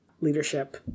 leadership